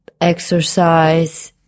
exercise